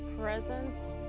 presence